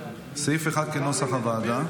סעיפים 1 7, כנוסח הוועדה,